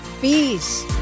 Peace